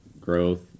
growth